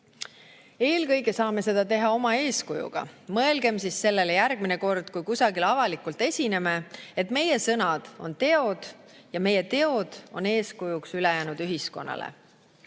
Eelkõige saame seda teha oma eeskujuga. Mõelgem sellele järgmine kord, kui kusagil avalikult esineme, et meie sõnad on teod ja meie teod on eeskujuks ülejäänud ühiskonnale. Head